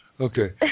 Okay